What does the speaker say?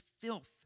filth